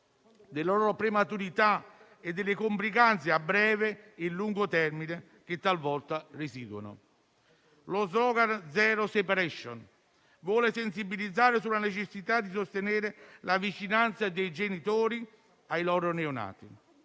della loro prematurità e delle complicanze a breve e lungo termine che talvolta residuano. Lo *slogan* «*zero separation*» vuole sensibilizzare sulla necessità di sostenere la vicinanza dei genitori ai loro neonati.